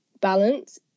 balance